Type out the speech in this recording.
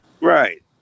Right